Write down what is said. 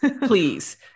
Please